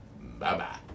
bye-bye